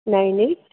nine eight